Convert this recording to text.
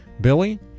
Billy